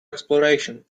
exploration